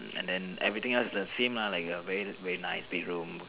and then everything else is the same ah like a very very nice bedroom